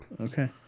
Okay